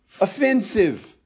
Offensive